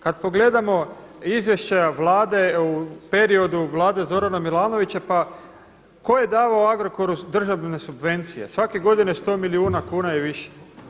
Kada pogledamo izvješća Vlade u periodu vlade Zorana Milanovića pa tko je davao Agrokoru državne subvencije, svake godine 100 milijuna kuna i više?